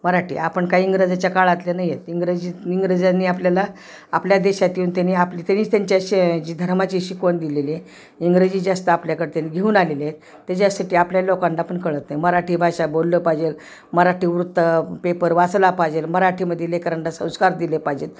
मराठी आपण काही इंग्रजाच्या काळातले नाहीयेत इंग्रजी इंग्रजांनी आपल्याला आपल्या देशात येऊन त्यानी आपली त्यानीच त्यांच्याशी जी धर्माची शिकवण दिलेली आहे इंग्रजी जास्त आपल्याकडे त्यांनी घेऊन आलेले आहेत त्याच्यासाठी आपल्या लोकांना पण कळत नाही मराठी भाषा बोलली पाहिजे मराठी वृत्त पेपर वाचला पाहिजे मराठीमध्ये लेकरांना संस्कार दिले पाहिजे